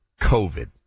COVID